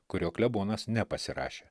kurio klebonas nepasirašė